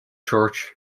church